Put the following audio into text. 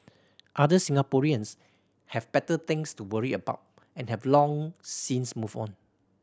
other Singaporeans have better things to worry about and have long since moved on